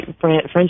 French